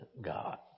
God